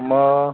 मग